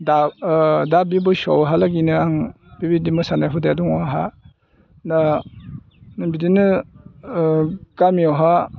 दा दा बे बैसोआवहालागिनो आं बेबायदि मोसानाय हुदाया दङ आंहा दा बिदिनो गामियावहाय